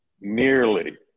nearly